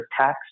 tax